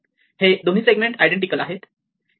हे दोन्ही segment identical आहेत